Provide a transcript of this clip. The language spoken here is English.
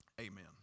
amen